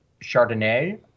Chardonnay